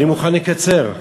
אני מוכן לקצר.